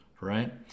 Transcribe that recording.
right